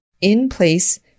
in-place